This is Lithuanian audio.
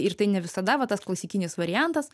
ir tai nevisada va tas klasikinis variantas